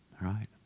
Right